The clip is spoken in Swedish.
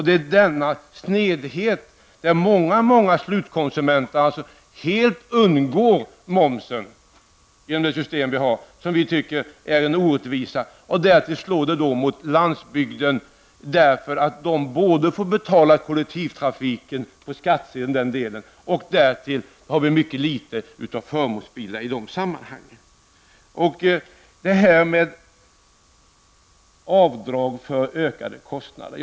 Det är denna snedhet i det system vi har, där många helt undgår momsen, som vi i centerpartiet tycker är en orättvisa. Det slår mot landsbygden eftersom man där får betala för kollektivtrafiken via skattsedeln och därtill finns det mycket få förmånsbilar i de sammanhangen. Så till frågan om avdrag för ökade kostnader.